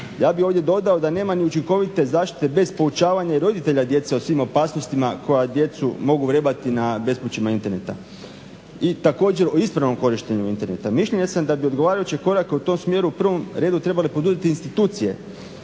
Ja bih ovdje dodao da nema ni učinkovite zaštite bez poučavanja i roditelja i djece o svim opasnostima koje djecu mogu vrebati na bespućima interneta. I također o ispravnom korištenju interneta. Mišljenja sam da bi odgovarajući korak u tom smjeru u prvom redu trebale poduzeti institucije,